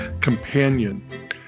companion